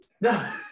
No